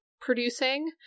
producing